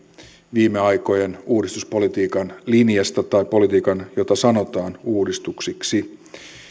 viime aikojen uudistuspolitiikan linjasta tai politiikan jota sanotaan uudistuksiksi